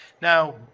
Now